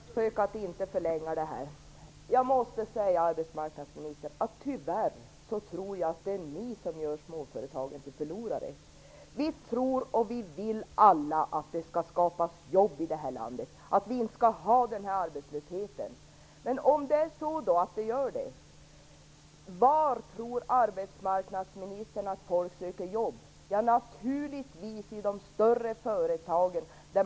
Fru talman! Jag skall försöka att inte förlänga debatten. Jag måste säga att jag tyvärr tror att det är regeringen som gör småföretagen till förlorare, arbetsmarknadsministern. Vi vill alla att det skall skapas jobb i detta land. Vi vill inte ha någon arbetslöshet. Var tror arbetsmarknadsministern att folk söker jobb? Det gör man naturligtvis i de större företagen.